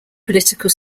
political